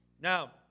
Now